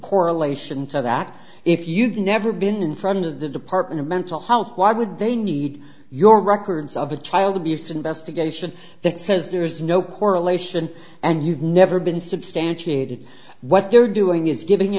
correlation so that if you've never been in front of the department of mental health why would they need your records of a child abuse investigation that says there is no correlation and you've never been substantiated what they're doing is giving